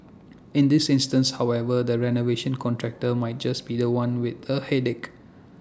in this instance however the renovation contractor might just be The One with A headache